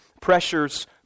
pressures